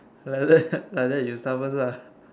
like that like that you start first lah